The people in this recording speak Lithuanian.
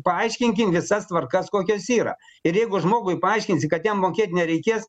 paaiškinkim visas tvarkas kokios yra ir jeigu žmogui paaiškinsi kad jam mokėt nereikės